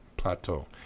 plateau